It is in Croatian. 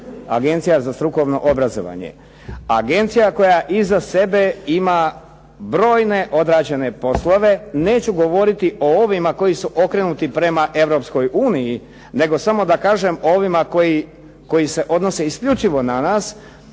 Agencija za strukovno obrazovanje. Agencija koja iza sebe ima brojne odrađene poslove, neću govoriti o ovima koji su okrenuti prema Europskoj uniji, nego samo da kažem o ovima koji se odnose isključivo na nas.